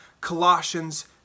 Colossians